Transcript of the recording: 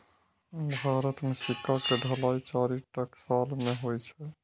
भारत मे सिक्का के ढलाइ चारि टकसाल मे होइ छै